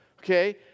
okay